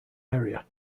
area